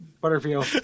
Butterfield